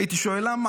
הייתי שואל למה?